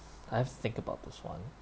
I have to think about this one